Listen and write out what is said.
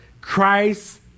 Christ